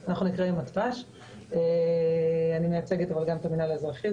ואני מייצגת גם את המינהל האזרחי.